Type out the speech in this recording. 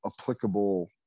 applicable